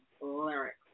lyrics